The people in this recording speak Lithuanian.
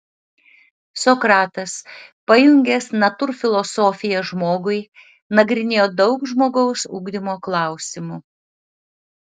sokratas pajungęs natūrfilosofiją žmogui nagrinėjo daug žmogaus ugdymo klausimų